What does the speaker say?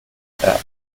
that